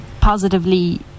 positively